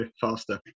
faster